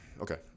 Okay